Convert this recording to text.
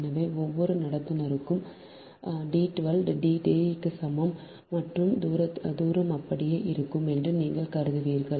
எனவே ஒவ்வொரு கண்டக்டருக்கும் D 12 D க்கு சமம் மற்றும் 16 தூரம் அப்படியே இருக்கும் என்று நீங்கள் கருதப்படுவீர்கள்